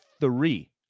three